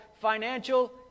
financial